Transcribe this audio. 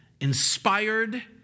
inspired